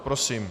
Prosím.